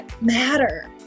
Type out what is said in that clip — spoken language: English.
matter